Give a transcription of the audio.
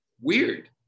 weird